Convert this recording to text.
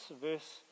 Verse